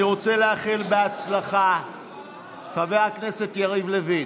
אני רוצה לאחל בהצלחה לחבר הכנסת יריב לוין.